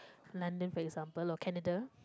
London for example or Canada